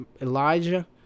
Elijah